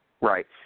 Right